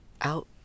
out